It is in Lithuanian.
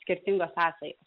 skirtingas sąsajos